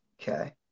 okay